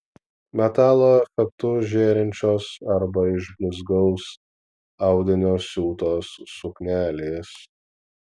metalo efektu žėrinčios arba iš blizgaus audinio siūtos suknelės